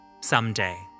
Someday